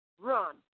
run